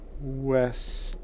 West